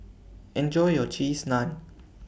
Enjoy your Cheese Naan